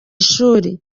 ishuri